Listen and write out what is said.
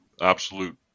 absolute